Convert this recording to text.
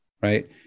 right